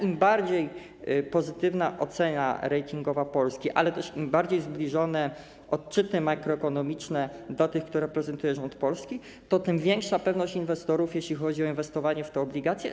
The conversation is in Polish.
Im bardziej pozytywna ocena ratingowa Polski, ale też im bardziej zbliżone odczyty makroekonomiczne do tych, które prezentuje rząd Polski, tym większa pewność inwestorów, jeśli chodzi o inwestowanie w te obligacje.